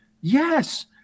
Yes